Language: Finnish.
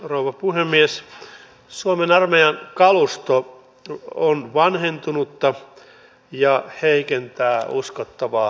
haluan edustaja gustafssonille sanoa että se on minunkin toiveeni että työmarkkinajärjestöt sopivat ja sitä ei tarvitse koskaan tuodakaan tänne eduskuntaan